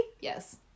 Yes